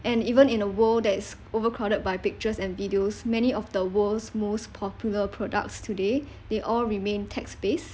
and even in the world that's overcrowded by pictures and videos many of the worlds most popular products today they all remain text base